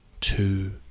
two